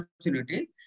opportunity